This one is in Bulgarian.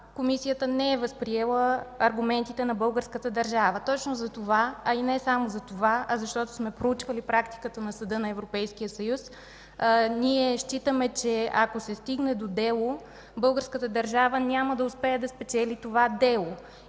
Комисията не е възприела аргументите на българската държава. Точно за това, а и не само заради това, а защото сме проучвали практиката на Съда на Европейския съюз, ние считаме, че ако се стигне до дело българската държава няма да успее да спечели това дело